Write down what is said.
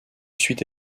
suite